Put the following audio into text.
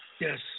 Yes